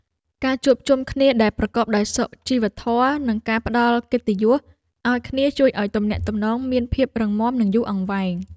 ការជួបជុំគ្នាដែលប្រកបដោយសុជីវធម៌ និងការផ្ដល់កិត្តិយសឱ្យគ្នាជួយឱ្យទំនាក់ទំនងមានភាពរឹងមាំ និងយូរអង្វែង។